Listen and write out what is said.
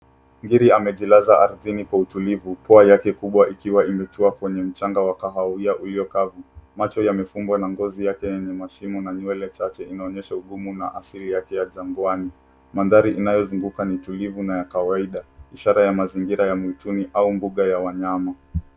Ngiri amejilaza ardhini kwa utulivu, pua yake kubwa ikiwa imetua kwenye mchanga wa kahawia uliyo kavu. Macho yamefungwa na ngozi yake yenye mashimo na nywele chache inaonyesha ugumu na asili yake ya jangwani. Mandhari inayozunguka ni tulivu na ya kawaida, ishara ya mazingira ya msituni au mbuga ya wanyama.